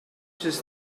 just